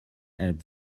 help